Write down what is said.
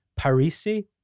Parisi